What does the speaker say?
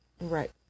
Right